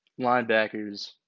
linebackers